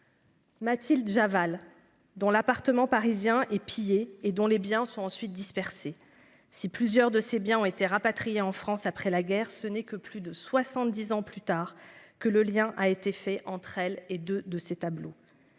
Mathilde Javal dont l'appartement parisien et pillé et dont les biens sont ensuite dispersés. Si plusieurs de ses biens ont été rapatriés en France après la guerre, ce n'est que plus de 70 ans plus tard que le lien a été fait entre elle et 2 de ses tableaux.